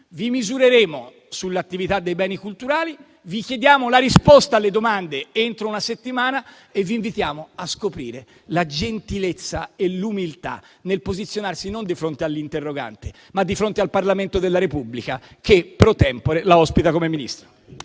Vi misureremo sull'attività dei Beni culturali. Vi chiediamo la risposta alle domande entro una settimana e vi invitiamo a scoprire la gentilezza e l'umiltà nel posizionarsi non di fronte all'interrogante, ma di fronte al Parlamento della Repubblica, che *pro tempore* la ospita come Ministro.